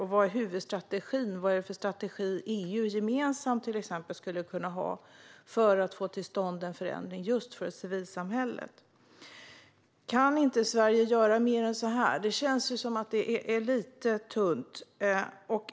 Och vad är det för strategi som EU gemensamt skulle kunna ha för att få till stånd en förändring just för civilsamhället? Kan inte Sverige göra mer än så här? Det känns lite tunt.